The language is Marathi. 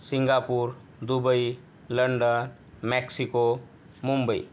Singapore Dubai London Mexico Mumbai